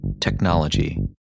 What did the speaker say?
technology